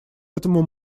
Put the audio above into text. этому